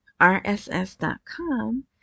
rss.com